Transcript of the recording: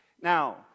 Now